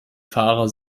fahrer